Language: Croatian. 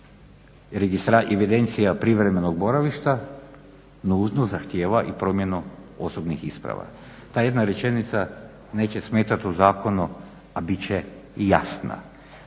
promjena evidencija privremenog boravišta nužno zahtjeva i promjenu osobnih isprava. Ta jedna rečenica neće smetati u zakonu a bit će jasna.